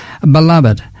beloved